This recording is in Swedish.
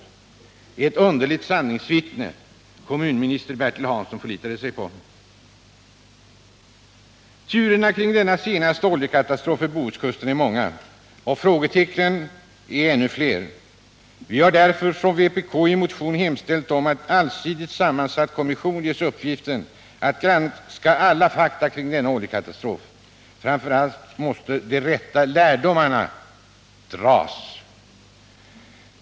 Det är ett underligt sanningsvittne kommunministern Bertil Hansson förlitar sig på. Turerna kring den senaste oljekatastrofen vid Bohuskusten är många och frågetecknen ännu fler. Vi har därför från vpk i en motion hemställt om att en allsidigt sammansatt kommission ges uppgiften att granska alla fakta kring denna oljekatastrof. Framför allt måste de rätta lärdomarna dras.